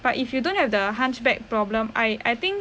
but if you don't have the hunchback problem I I think